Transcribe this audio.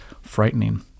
frightening